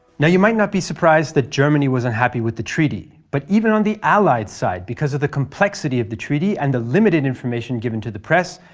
now you might not be surprised germany was unhappy with the treaty. but even on the allied side, because of the complexity of the treaty and the limited information given to the press,